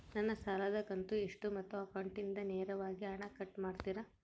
ನನ್ನ ಸಾಲದ ಕಂತು ಎಷ್ಟು ಮತ್ತು ಅಕೌಂಟಿಂದ ನೇರವಾಗಿ ಹಣ ಕಟ್ ಮಾಡ್ತಿರಾ?